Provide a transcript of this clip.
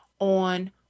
on